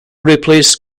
replace